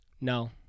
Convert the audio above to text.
No